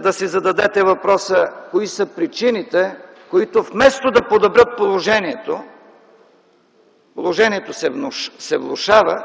да си зададете въпроса кои са причините, които вместо да подобрят положението, положението се влошава,